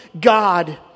God